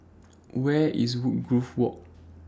Where IS Woodgrove Walk